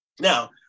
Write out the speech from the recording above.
Now